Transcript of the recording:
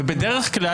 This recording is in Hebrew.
ובדרך כלל,